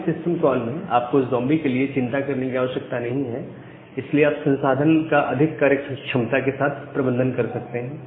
select system call में आपको zombie के लिए चिंता करने की आवश्यकता नहीं और इसलिए आप संसाधन का अधिक कार्य क्षमता के साथ प्रबंधन कर सकते हैं